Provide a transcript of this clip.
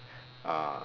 ah